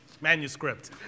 manuscript